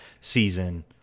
season